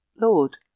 Lord